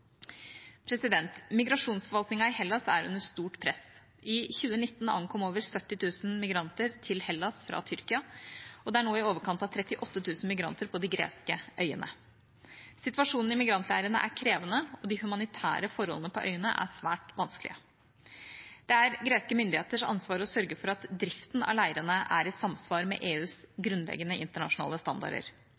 i Hellas er under et stort press. I 2019 ankom over 70 000 migranter til Hellas fra Tyrkia, og det er nå i overkant av 38 000 migranter på de greske øyene. Situasjonen i migrantleirene er krevende, og de humanitære forholdene på øyene er svært vanskelige. Det er greske myndigheters ansvar å sørge for at driften av leirene er i samsvar med EUs grunnleggende, internasjonale standarder.